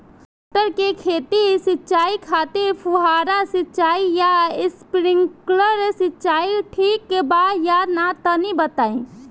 मटर के खेती के सिचाई खातिर फुहारा सिंचाई या स्प्रिंकलर सिंचाई ठीक बा या ना तनि बताई?